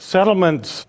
Settlements